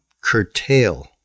curtail